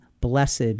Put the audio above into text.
blessed